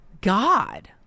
God